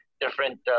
different